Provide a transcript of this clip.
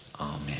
Amen